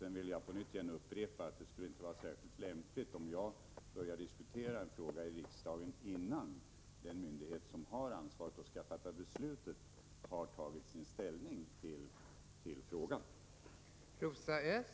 Sedan vill jag på nytt upprepa att det inte skulle vara särskilt lämpligt om jag diskuterade en fråga i riksdagen innan den myndighet som har ansvaret och som skall fatta beslut i frågan har tagit ställning till den.